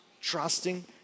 trusting